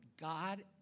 God